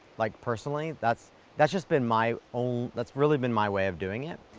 like personally, that's that's just been my own. that's really been my way of doing it,